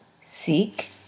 Seek